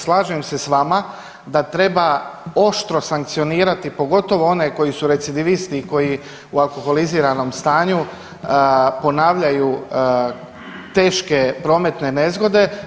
Slažem se sa vama, da treba oštro sankcionirati pogotovo one koji su recidivisti i koji u alkoholiziranom stanju ponavljaju teške prometne nezgode.